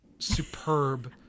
superb